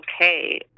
okay